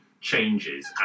changes